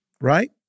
right